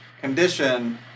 condition